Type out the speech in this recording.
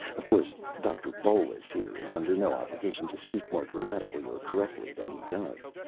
of course doctor bolus here is under no obligation to speak more grammatically or correctly than he does.